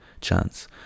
chance